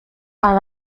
are